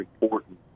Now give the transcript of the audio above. important